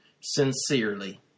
Sincerely